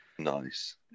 Nice